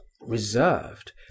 reserved